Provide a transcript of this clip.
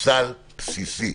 סל בסיסי.